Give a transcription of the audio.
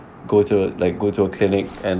go to like go to a clinic and